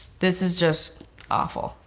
this is just awful,